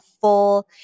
full